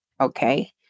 Okay